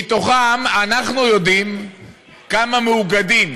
מתוכם אנחנו יודעים כמה מאוגדים